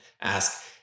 ask